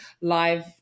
live